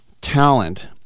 talent